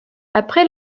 après